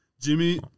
Jimmy